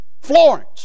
Florence